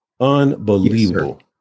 Unbelievable